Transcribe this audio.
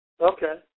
Okay